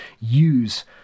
use